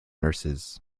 nurses